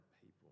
people